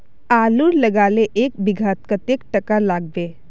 आलूर लगाले एक बिघात कतेक टका लागबे?